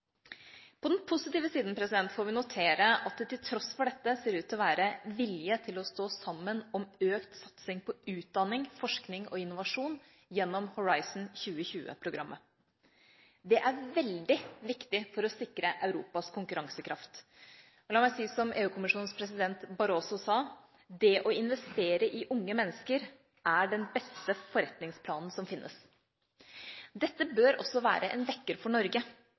På den positive siden får vi notere at det til tross for dette ser ut til å være vilje til å stå sammen om økt satsing på utdanning, forskning og innovasjon gjennom Horizon 2020-programmet. Det er veldig viktig for å sikre Europas konkurransekraft. La meg si som EU-kommisjonens president Barroso sa: Det å investere i unge mennesker er den beste forretningsplanen som finnes. Dette bør også være en vekker for Norge,